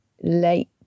late